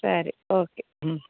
ಸರಿ ಓಕೆ ಹ್ಞೂ